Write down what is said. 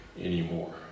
anymore